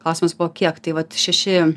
klausimas buvo kiek tai vat šeši